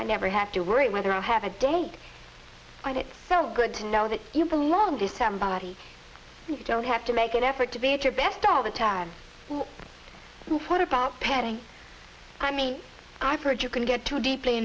i never have to worry whether i'll have a date find it so good to know that you belong to somebody you don't have to make an effort to be at your best all the time what about padding i mean i've heard you can get too deeply